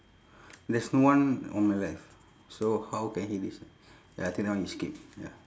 there's no one on my left so how can he decide ya I think that one you skip ya